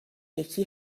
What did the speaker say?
یکی